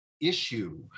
issue